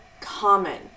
common